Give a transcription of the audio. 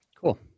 Cool